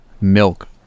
milk